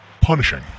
punishing